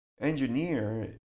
Engineer